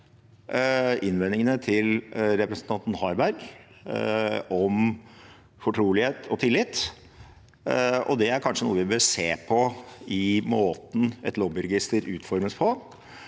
innvendingene til representanten Harberg om fortrolighet og tillit. Det er kanskje noe vi bør se på i måten et lobbyregister utformes på,